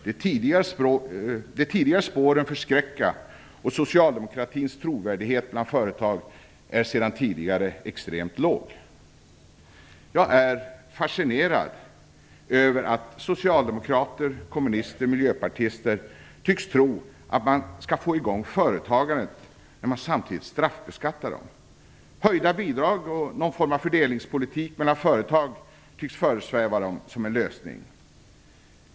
De tidigare spåren förskräcka, och socialdemokratins trovärdighet bland företagare är sedan tidigare extremt låg. Jag är fascinerad över att socialdemokrater, kommunister och miljöpartister tycks tro att man skall få i gång företagandet när man samtidigt straffbeskattar det. Höjda bidrag och någon form av fördelningspolitik mellan företag tycks föresväva dem som en lösning.